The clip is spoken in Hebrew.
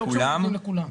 לא כשמורידים לכולם.